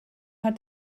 hat